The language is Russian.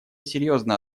серьезно